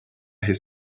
his